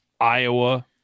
Iowa